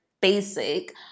basic